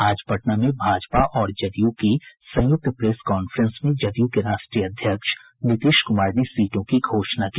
आज पटना में भाजपा और जदयू की संयुक्त प्रेस कांफ्रेंस में जदयू के राष्ट्रीय अध्यक्ष नीतीश कुमार ने सीटों की घोषणा की